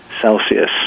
Celsius